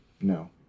no